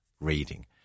reading